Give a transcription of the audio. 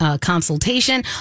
consultation